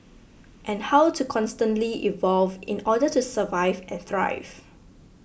and how to constantly evolve in order to survive and thrive